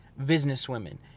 businesswomen